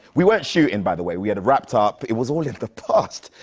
we weren't shooting, by the way, we had wrapped up. it was all in the past,